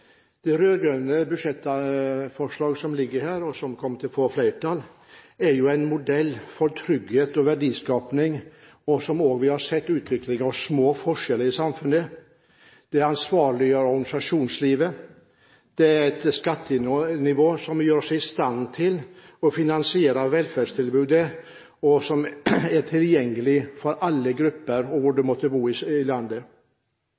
Det rød-grønne budsjettforslaget som ligger her, og som kommer til å få flertall, er en modell for trygghet og verdiskaping og, som vi også har sett, for utvikling av små forskjeller i samfunnet. Det ansvarliggjør organisasjonslivet. Det er et skattenivå som gjør oss i stand til å finansiere velferdstilbudet, som er tilgjengelig for alle grupper, hvor enn du måtte bo i landet.